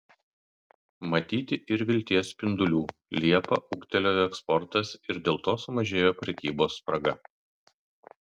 matyti ir vilties spindulių liepą ūgtelėjo eksportas ir dėl to sumažėjo prekybos spraga